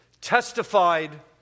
testified